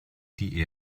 die